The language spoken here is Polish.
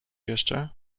jeszcze